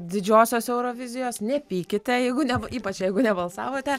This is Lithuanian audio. didžiosios eurovizijos nepykite jeigu ne ypač jeigu nebalsavote